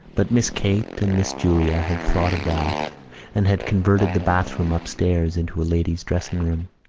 but miss kate and miss julia had thought of that and had converted the bathroom upstairs into a ladies' dressing-room.